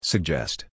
Suggest